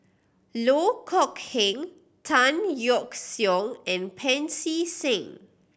Loh Kok Heng Tan Yeok Seong and Pancy Seng